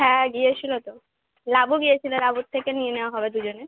হ্যাঁ গিয়েছিলো তো লাবু গিয়েছিলো লাবুর থেকে নিয়ে নেওয়া হবে দু জনে